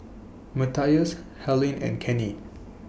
Matthias Helyn and Kenny